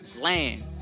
land